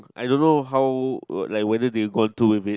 I don't how like whether they have gone through with it